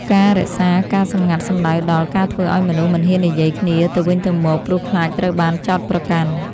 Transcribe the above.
ការរក្សាការសម្ងាត់សំដៅដល់ ការធ្វើឱ្យមនុស្សមិនហ៊ាននិយាយគ្នាទៅវិញទៅមក ព្រោះខ្លាចត្រូវបានចោទប្រកាន់។